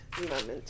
moment